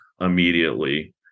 immediately